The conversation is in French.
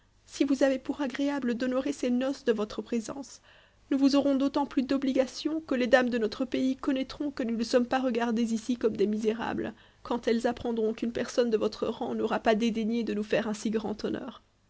si vous avez pour agréable d'honorer ces noces de votre présence nous vous aurons d'autant plus d'obligation que les dames de notre pays connaîtront que nous ne sommes pas regardées ici comme des misérables quand elles apprendront qu'une personne de votre rang n'aura pas dédaigné de nous faire un si grand honneur